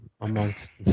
amongst